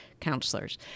counselors